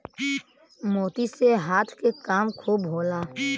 मोती से हाथ के काम खूब होला